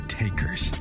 takers